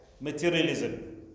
materialism